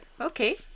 Okay